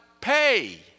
pay